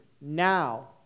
Now